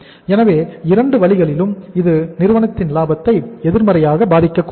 எனவே இரண்டு வழிகளிலும் இது நிறுவனத்தின் லாபத்தை எதிர்மறையாக பாதிக்கக்கூடாது